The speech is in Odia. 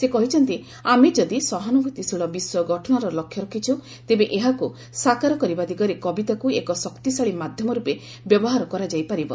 ସେ କହିଛନ୍ତି ଆମେ ଯଦି ସହାନୁଭ୍ରତିଶୀଳ ବିଶ୍ୱ ଗଠନର ଲକ୍ଷ୍ୟ ରଖିଛୁ ତେବେ ଏହାକୁ ସାକାର କରିବା ଦିଗରେ କବିତାକ୍ ଏକ ଶକ୍ତିଶାଳୀ ମାଧ୍ୟମ ରୂପେ ବ୍ୟବହାର କରାଯାଇପାରିବ